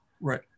Right